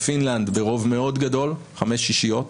בפינלנד ברוב מאוד גדול, חמש שישיות,